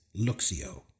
Luxio